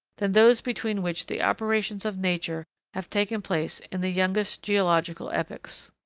than those between which the operations of nature have taken place in the youngest geological epochs.